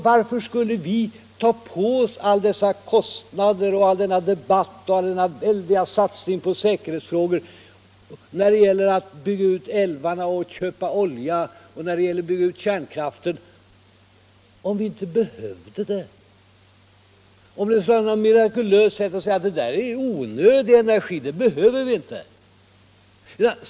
Varför skulle vi ta på oss alla dessa kostnader, all denna debatt och hela denna väldiga satsning på säkerhetsfrågor när det gäller att bygga ut älvar, köpa olja och bygga ut kärnkraften, om vi inte behövde det, om vi i stället på något mirakulöst sätt kunde säga att det där är onödig energi, den behöver vi inte?